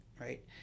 right